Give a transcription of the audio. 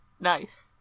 Nice